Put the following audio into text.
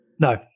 No